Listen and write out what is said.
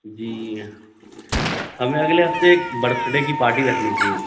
جی ہمیں اگلے ہفتے ایک برتھ ڈے کی پارٹی رکھنی تھی